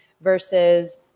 versus